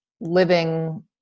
living